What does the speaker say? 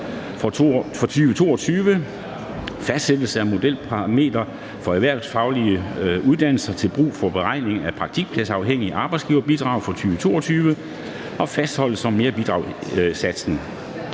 for 2022, fastsættelse af modelparametre for erhvervsuddannelser til brug for beregning af praktikpladsafhængigt arbejdsgiverbidrag for 2022 og fastholdelse af merbidragssats